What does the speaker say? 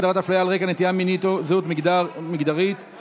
הגדרת הפליה על רקע זהות מגדרית או נטייה מינית),